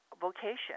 vocation